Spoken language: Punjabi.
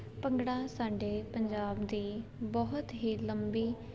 ਭੰਗੜਾ ਸਾਡੇ ਪੰਜਾਬ ਦੀ ਬਹੁਤ ਹੀ ਲੰਬੀ